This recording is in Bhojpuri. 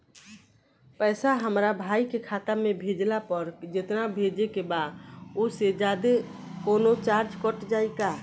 पैसा हमरा भाई के खाता मे भेजला पर जेतना भेजे के बा औसे जादे कौनोचार्ज कट जाई का?